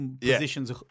positions